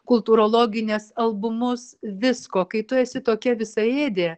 kultūrologines albumus visko kai tu esi tokia visaėdė